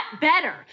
better